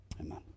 Amen